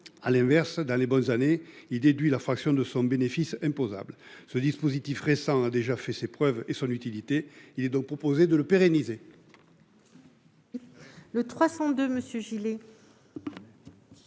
À l'inverse, dans les bonnes années, il déduit la fraction de son bénéfice imposable. Ce dispositif récent a déjà fait la preuve de son utilité. Nous proposons donc de le pérenniser. La parole